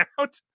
out